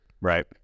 Right